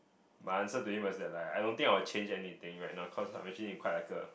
my answer to him was that like I don't think I would change anything right now cause I'm actually in quite like a